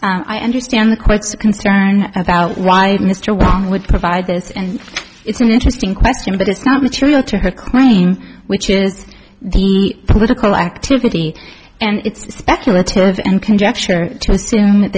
kong i understand the court's concern about why mr wong would provide this and it's an interesting question but it's not material to her claim which is the political activity and it's speculative and conjecture to assume that